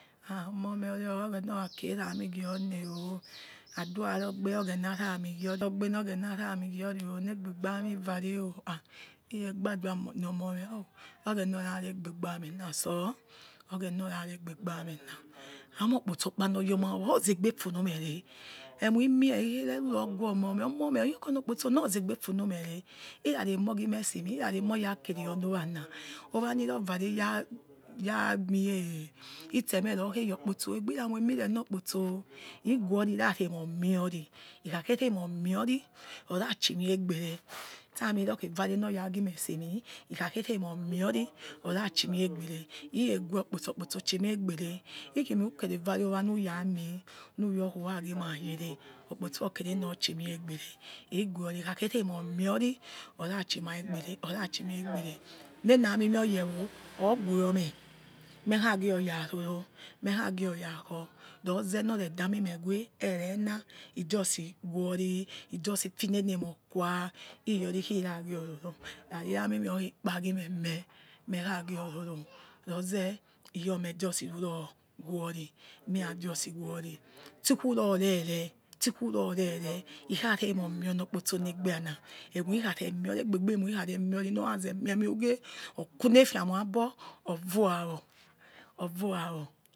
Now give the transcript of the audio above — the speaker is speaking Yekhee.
Ha omome oreh oghene orakie r'ami ghi ornei adua rogbe oghene ramigion oghene ramigion negbebi amu vareo ha he khegbadoa normor me o oghena or raregbege amina sor oghena ora re gbebamina ha moi okpotsi oka nor your ma owa ozegbe funomere emiimie ikhere guomomeh omomeh yekhion okpotso na ozegbe funomere irate moghuesim irate emorakereono onowana owaniri vare amie itsemeh rikhe your okpotso egbe iramoimo reno kptso iguori irara mor miori ikhakhe remor miori orachi mei egbere sti amiro kheka re nor regimeh simi ikhakhere emor miori orachi meh egbere ikhegho okpotso okpotso chimeh egbere ikhimerukere vare owa ni ra mie nuyor khuragima yere okpo otso okene nor chima egbere igweori ikhake remo miori orachi mai egbere orachi mai egbere nena amime oyewo oguomeh mekha ghi oya roro mekhagioya kor roze nor redami mewe erena ijusi worie he jusi finene moikua iyori khi raglororo rari amime okhekpa gimeme eragiororo noza iyome josi ruro wori mere jusi wori sukuro rere sukurorere ikharemor mie onokpo sona egbina emoniri khare miori egbebi emi rikhare miori nor raze mie meh whogie okunefia muaba ovuawor ovuawor